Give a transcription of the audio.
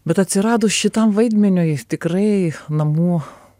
bet atsiradus šitam vaidmeniui tikrai namų